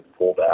pullback